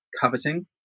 coveting